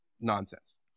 nonsense